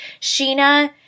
Sheena